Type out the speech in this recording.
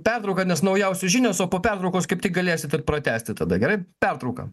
pertrauką nes naujausios žinios o po pertraukos kaip tik galėsit ir pratęsti tada gerai pertrauka